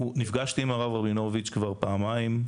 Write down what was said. נפגשתי עם הרב רבינוביץ' כבר פעמיים.